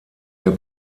der